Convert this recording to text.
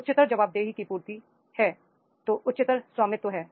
उच्चतर जवाबदेही की पूर्तिहै तो उच्च स्वामित्वभी है